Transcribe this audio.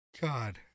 god